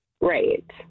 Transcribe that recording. Right